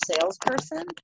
salesperson